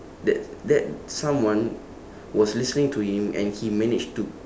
that that someone was listening to him and he manage to